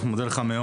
אתם לא בבית קפה.